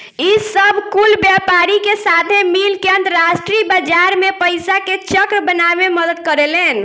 ई सब कुल व्यापारी के साथे मिल के अंतरास्ट्रीय बाजार मे पइसा के चक्र बनावे मे मदद करेलेन